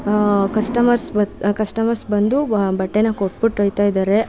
customers but customers ಬಂದು ಬಟ್ಟೇನ ಕೊಟ್ಟುಬಿಟ್ಟು ಹೋಗ್ತಾ ಇದ್ದಾರೆ